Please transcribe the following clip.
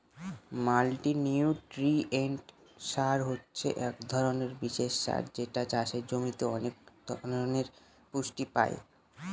multinutrient সার হছে এক ধরনের বিশেষ সার যেটাতে চাষের জমির অনেক ধরনের পুষ্টি পাই